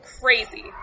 crazy